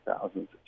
thousands